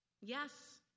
Yes